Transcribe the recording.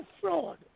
fraud